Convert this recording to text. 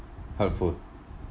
helpful